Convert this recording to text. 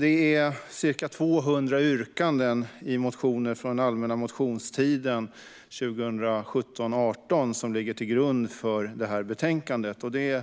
Det är ca 200 yrkanden i motioner från den allmänna motionstiden 2017/18 som ligger till grund för betänkandet. Det är